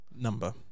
number